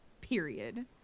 period